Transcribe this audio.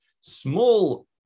small